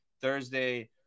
Thursday